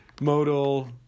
modal